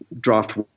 draft